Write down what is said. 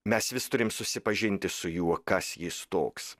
mes vis turim susipažinti su juo kas jis toks